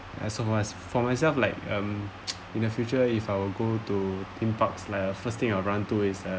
as long as for myself like um in the future if I'll go to theme parks like a first thing I run to is a